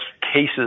cases